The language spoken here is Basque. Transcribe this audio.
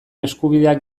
eskubideak